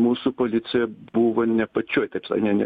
mūsų policija buvo ne pačioj taip sakan ne ne